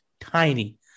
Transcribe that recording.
tiny